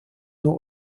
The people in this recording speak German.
nur